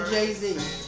Jay-Z